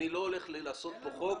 אני לא הולך לעשות פה חוק